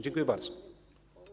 Dziękuję bardzo.